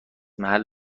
محل